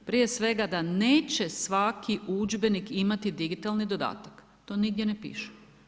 Prije svega da neće svali udžbenik imati digitalni dodatak, to nigdje ne piše.